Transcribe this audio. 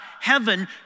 heaven